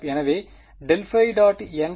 எனவே ∇ϕ